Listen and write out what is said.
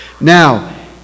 Now